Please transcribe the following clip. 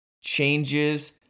changes